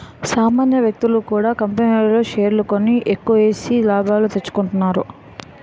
సామాన్య వ్యక్తులు కూడా కంపెనీల్లో షేర్లు కొని ఎక్కువేసి లాభాలు తెచ్చుకుంటున్నారు